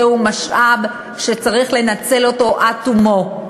זהו משאב שצריך לנצל אותו עד תומו.